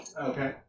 Okay